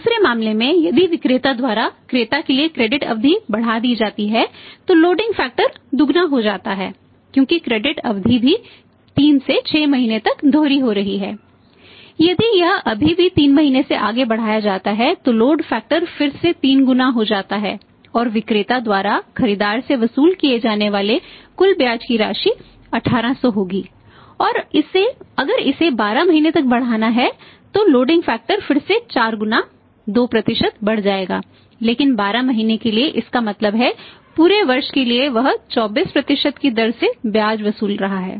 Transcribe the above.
दूसरे मामले में यदि विक्रेता द्वारा क्रेता के लिए क्रेडिट फिर से 4 गुना 2 बढ़ जाएगा लेकिन 12 महीनों के लिए इसका मतलब है पूरे वर्ष के लिए वह 24 की दर से ब्याज वसूल रहा है